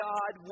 God